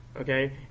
okay